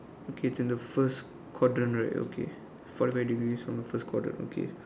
okay it's in the first quadrant right okay forty five degrees from the first quadrant okay